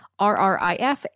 RRIF